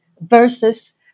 versus